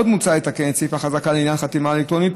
עוד מוצע לתקן את סעיף החזקה לעניין החתימה האלקטרונית,